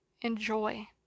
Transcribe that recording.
enjoy